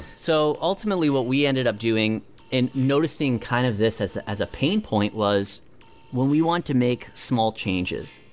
so ultimately, what we ended up doing and noticing kind of this as as a pain point was when we want to make small changes.